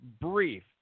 brief